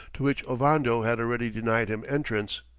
to which ovando had already denied him entrance.